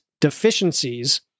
deficiencies